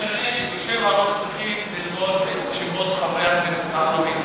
סגני היושב-ראש צריכים ללמוד את שמות חברי הכנסת הערבים,